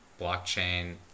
blockchain